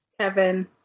Kevin